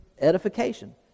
Edification